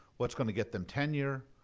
what's going to get them tenure,